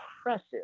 impressive